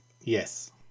Yes